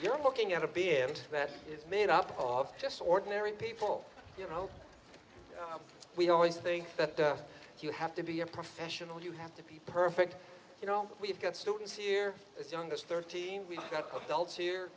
you're looking at a beer and that is made up of just ordinary people you know we always think that you have to be a professional you have to be perfect you know we've got students here as young as thirteen